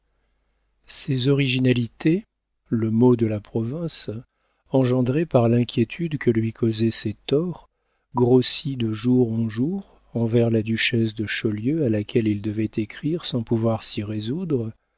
ces originalités le mot de la province engendrées par l'inquiétude que lui causaient ses torts grossis de jour en jour envers la duchesse de chaulieu à laquelle il devait écrire sans pouvoir s'y résoudre